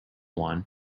one